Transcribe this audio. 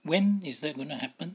when is that gonna happen